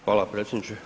Hvala predsjedniče.